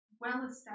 well-established